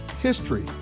history